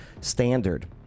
standard